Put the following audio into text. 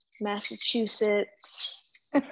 Massachusetts